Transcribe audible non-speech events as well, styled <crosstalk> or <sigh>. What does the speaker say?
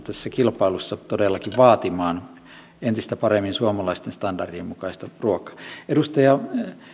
<unintelligible> tässä kilpailussa todellakin vaatimaan entistä paremmin suomalaisten standardien mukaista ruokaa edustaja